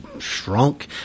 Shrunk